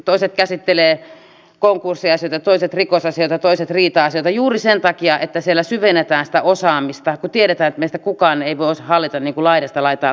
toiset käsittelevät konkurssiasioita toiset rikosasioita toiset riita asioita juuri sen takia että siellä syvennetään sitä osaamista kun tiedetään että meistä kukaan ei voi hallita laidasta laitaan kaikkea